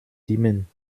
dimmen